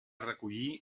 recollir